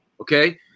Okay